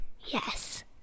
Yes